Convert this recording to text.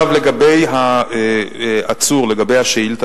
הוא כבר הכריז הכרזה.